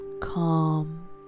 calm